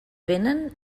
venen